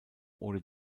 oder